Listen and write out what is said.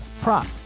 prop